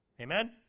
Amen